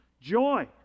Joy